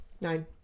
Nine